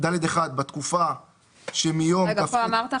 "(ד1) בתקופה שמיום- -- שנייה,